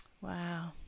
Wow